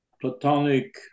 platonic